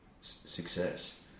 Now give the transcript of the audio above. success